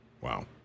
Wow